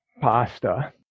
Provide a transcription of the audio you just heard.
pasta